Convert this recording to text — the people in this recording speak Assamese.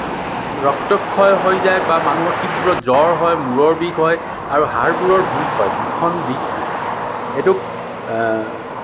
ৰক্তক্ষয় হৈ যায় বা মানুহৰ তীব্ৰ জ্বৰ হয় মূৰৰ বিষ হয় আৰু হাড়বোৰৰ বিষ হয় ভীষণ বিষ হয় সেইটোক